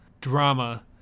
drama